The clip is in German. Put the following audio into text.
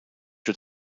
der